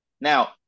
Now